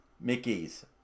Mickey's